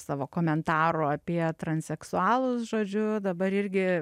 savo komentaro apie transseksualus žodžiu dabar irgi